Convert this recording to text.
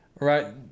right